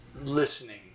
listening